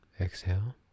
Exhale